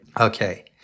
Okay